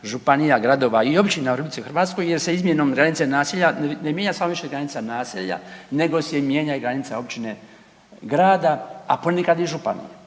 županija, gradova i općina u RH jer se izmjenom granice i naselja, ne mijenja samo više granica naselja, nego se i mijenja i granica općine, grada, a ponekad u županije.